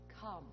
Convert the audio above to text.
come